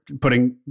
putting